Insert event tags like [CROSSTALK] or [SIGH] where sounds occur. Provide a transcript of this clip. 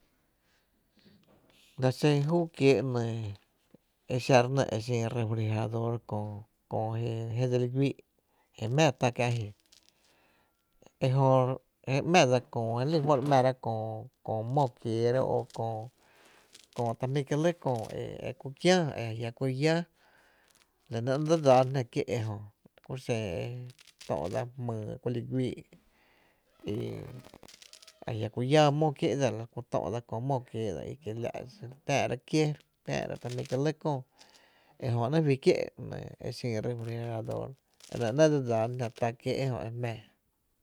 La xen júu kiee’ nɇɇ e xa re nɇ e xin re frigerador köö [HESITATION] köö je dseli gUíi’ jé jmⱥⱥ tá kiä’ ji ejö jé ‘má dsa köö je re ‘mára köö [HESITATION] köö mó kieera o kö ta jmpi’ kie’ lɇ kö e ku kiää e jia’ ku lláá, la nɇ ‘nɇɇ’ dse dsaana jná kié’ ejö la ku xen e töo’ dsa jmyy e ku li güii’ i ajia’ku lláá mó kiee’ dsa e Tó’ mó kiee’ dsa kiela’ xi re tää’ra kié, ta jmí’ kié’ lɇ köö e jö ‘nɇɇ’ fí kié’ e xin refrigerador e nɇ ‘nɇɇ’ dse dsaana jná tá kiéé’ e jmⱥⱥ.